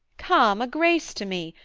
come, a grace to me!